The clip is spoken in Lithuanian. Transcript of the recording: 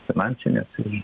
finansinės ir